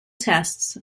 tests